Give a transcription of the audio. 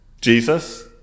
Jesus